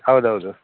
ಹೌದು ಹೌದು